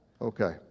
Okay